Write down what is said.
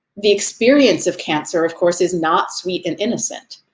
the experience of cancer, of course, is not sweet and innocent.